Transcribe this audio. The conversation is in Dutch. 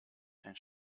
zijn